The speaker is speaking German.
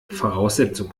voraussetzung